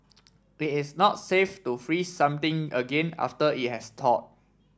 it is not safe to freeze something again after it has thawed